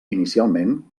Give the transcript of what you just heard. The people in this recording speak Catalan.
inicialment